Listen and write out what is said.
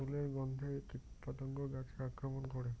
ফুলের গণ্ধে কীটপতঙ্গ গাছে আক্রমণ করে?